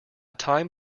time